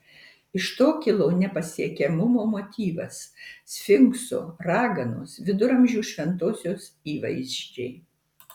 iš to kilo nepasiekiamumo motyvas sfinkso raganos viduramžių šventosios įvaizdžiai